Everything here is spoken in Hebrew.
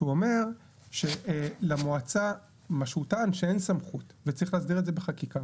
הוא טען שלמועצה אין סמכות וצריך להסדיר את זה בחקיקה,